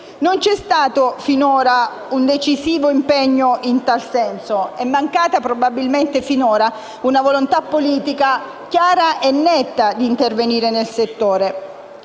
non c'è stato finora un deciso impegno. È mancata probabilmente finora una volontà politica chiara e netta di intervenire nel settore.